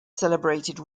celebrated